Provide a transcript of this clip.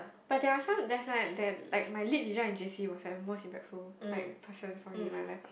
but there are some there's like there're like my Lit teacher in J_C was the most impactful like person for me in my life ah